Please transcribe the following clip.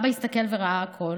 אבא הסתכל וראה הכול,